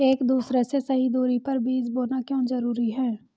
एक दूसरे से सही दूरी पर बीज बोना क्यों जरूरी है?